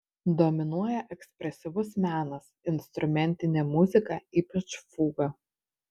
dominuoja ekspresyvus menas instrumentinė muzika ypač fuga